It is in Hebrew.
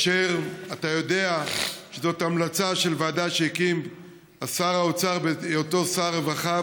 ואתה יודע שזאת המלצה של ועדה שהקים שר האוצר בהיותו שר הרווחה.